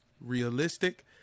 realistic